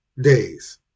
days